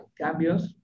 cambios